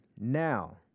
Now